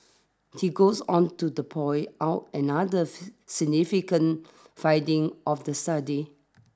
he goes on to the point out another significant finding of the study